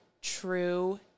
true